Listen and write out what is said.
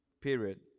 period